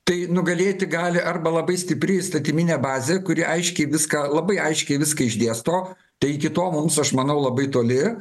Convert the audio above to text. tai nugalėti gali arba labai stipri įstatyminė bazė kuri aiškiai viską labai aiškiai viską išdėsto tai iki to mums aš manau labai toli